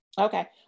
Okay